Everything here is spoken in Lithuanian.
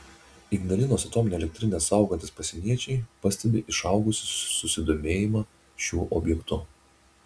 ignalinos atominę elektrinę saugantys pasieniečiai pastebi išaugusį susidomėjimą šiuo objektu